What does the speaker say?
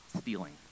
stealing